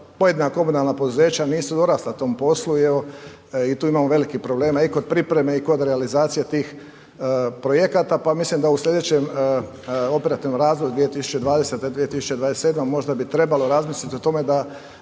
pojedina komunalna poduzeća nisu dorasla tom poslu i evo i tu imamo velikih problema i kod pripreme i kod realizacije tih projekata, pa mislim da u slijedećem operativnom razdoblju 2020., 2027. možda bi trebalo razmisliti o tome da